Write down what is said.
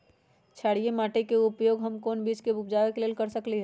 क्षारिये माटी के उपयोग हम कोन बीज के उपजाबे के लेल कर सकली ह?